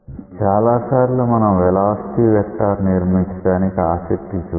చాలా సార్లు మనం వెలాసిటీ వెక్టార్ నిర్మించడానికి ఆసక్తి చూపించాం